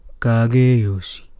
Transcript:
Kageyoshi